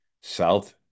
south